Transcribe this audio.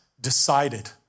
decided